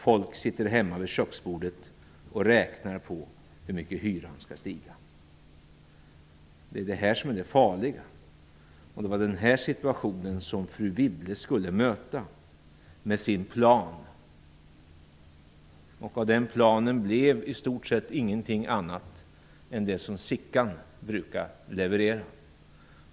Folk sitter hemma vid köksborden och räknar på hur mycket hyrorna skall stiga. Det är denna situation som är så farlig, och det var den som Anne Wibble skulle möta med sin plan. Av planen blev det i stort sett ingenting annat än det som Sickan brukar leverera.